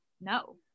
No